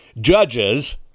judges